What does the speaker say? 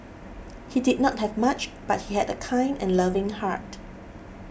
he did not have much but he had a kind and loving heart